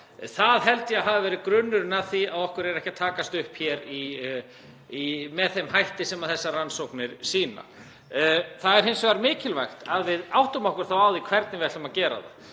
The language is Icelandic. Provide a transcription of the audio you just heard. Það held ég að sé grunnurinn að því að okkur er ekki að takast upp og með þeim hætti sem þessar rannsóknir sýna. Það er hins vegar mikilvægt að við áttum okkur á því hvernig við ætlum að gera það